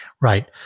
right